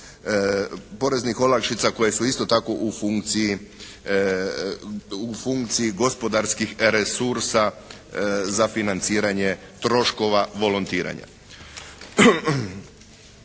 poreznih olakšica koje su isto tako u funkciji, u funkciji gospodarskih resursa za financiranje troškova volontiranja.